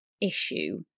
issue